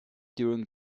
during